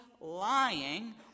lying